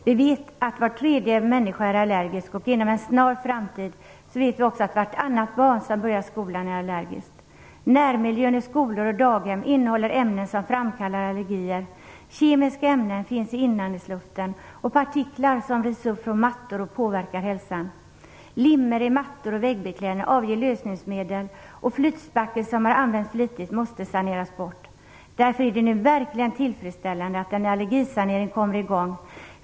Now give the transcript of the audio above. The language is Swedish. Vi vet att var tredje människa är allergisk, och inom en snar framtid är vartannat barn som börjar skolan allergiskt. Närmiljön i skolor och daghem innehåller ämnen som framkallar allergier. Kemiska ämnen finns i inandningsluften, och partiklar som rivs upp från mattor påverkar hälsan. Limmet i mattor och väggbeklädnader avger lösningsmedel, och flytspackel som använts flitigt måste saneras bort. Därför är det nu verkligen tillfredsställande att en allergisanering kommer i gång.